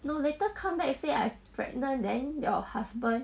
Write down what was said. no later come back you say I pregnant then your husband